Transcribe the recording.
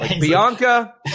Bianca